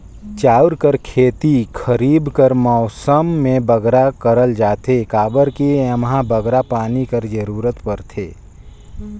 चाँउर कर खेती खरीब कर मउसम में बगरा करल जाथे काबर कि एम्हां बगरा पानी कर जरूरत परथे